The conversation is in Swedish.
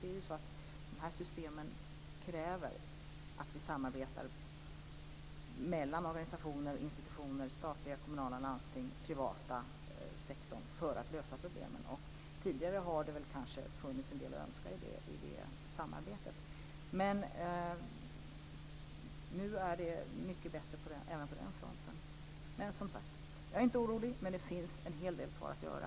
De här systemen kräver ju ett samarbete mellan organisationer, institutioner, stat, kommuner, landsting och privat sektor för att problemen skall lösas. Tidigare har det kanske funnits en del att önska i detta samarbete, men nu är det mycket bättre även på den fronten. Som sagt: Jag är inte orolig, men det finns en hel del kvar att göra.